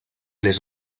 les